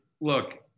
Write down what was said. look